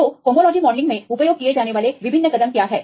तो homology modelling में उपयोग किए जाने वाले विभिन्न कदम क्या हैं